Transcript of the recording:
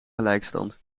gelijkstand